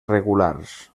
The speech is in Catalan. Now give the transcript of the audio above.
regulars